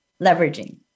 Leveraging